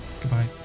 Goodbye